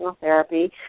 therapy